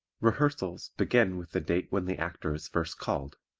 rehearsals begin with the date when the actor is first called.